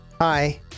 Hi